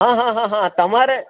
હહહ તમારે